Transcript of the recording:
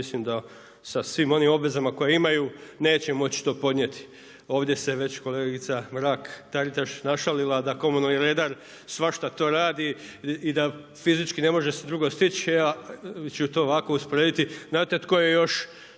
mislim da sa svim onim obvezama koje imaju neće moći to podnijeti. Ovdje se već kolegica Mrak-Taritaš našalila da komunalni redar svašta to radi i da fizički ne može se drugo stići, ja ću to ovako usporediti, znate tko je još